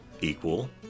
equal